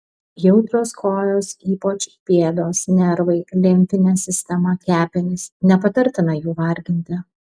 jautrios kojos ypač pėdos nervai limfinė sistema kepenys nepatartina jų varginti